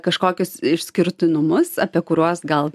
kažkokius išskirtinumus apie kuriuos gal